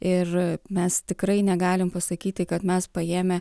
ir mes tikrai negalim pasakyti kad mes paėmę